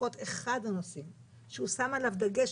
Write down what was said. לפחות אחד הנושאים שהוא שם עליו דגש